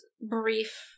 brief